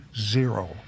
zero